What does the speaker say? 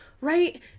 Right